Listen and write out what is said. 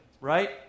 Right